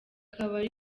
akabari